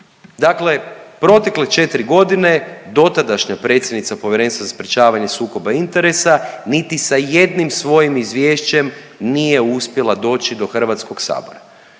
Dakle, protekle 4 godine dotadašnja predsjednica Povjerenstva za sprječavanje sukoba interesa niti sa jednim svojim izvješćem nije uspjela doći do Hrvatskog sabora.